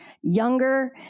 younger